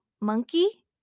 monkey